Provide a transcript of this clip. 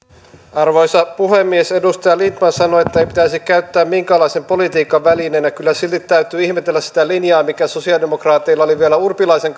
arvoisa puhemies edustaja lindtman sanoi ettei pitäisi käyttää minkäänlaisen politiikan välineenä kyllä silti täytyy ihmetellä sitä linjaa mikä sosialidemokraateilla oli vielä urpilaisen